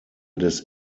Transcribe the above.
des